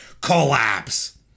collapse